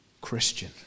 Christian